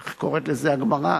איך קוראת לזה הגמרא?